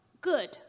good